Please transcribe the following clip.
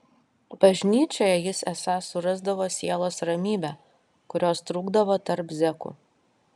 bažnyčioje jis esą surasdavo sielos ramybę kurios trūkdavo tarp zekų